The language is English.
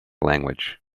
language